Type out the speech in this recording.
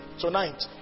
tonight